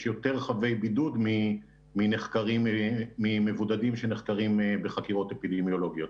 יש יותר חייבי בידוד ממבודדים שנחקרים בחקירות אפידמיולוגיות.